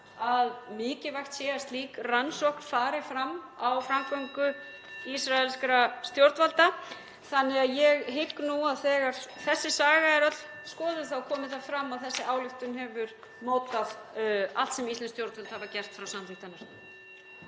að mikilvægt sé að slík rannsókn fari fram á framgöngu ísraelskra stjórnvalda. Þannig að ég hygg nú (Forseti hringir.) að þegar þessi saga er skoðuð þá komi það fram að þessi ályktun hefur mótað allt sem íslensk stjórnvöld hafa gert frá samþykkt hennar.